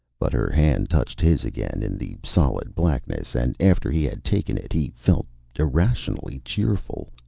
but her hand touched his again in the solid blackness, and after he had taken it, he felt irrationally cheerful.